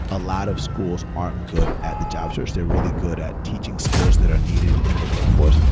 a lot of schools aren't good at the job search. they're really good at teaching skills that are needed in the workforce,